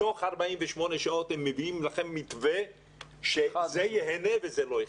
ותוך 48 שעות הם מביאים לכם מתווה שזה נהנה וזה לא חסר.